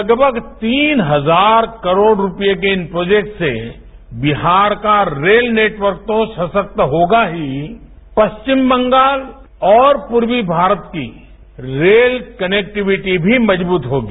लगभग तीन हजार करोड रुपये के इन प्रोजेक्ट्स से बिहार का रेल नेटवर्क तो सशक्त होगा ही पश्चिम बंगाल और पूर्वी भारत की रेल कनेक्टिविटी भी मजबूत होगी